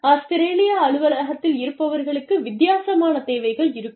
Australia அலுவலகத்தில் இருப்பவர்களுக்கு வித்தியாசமான தேவைகள் இருக்கும்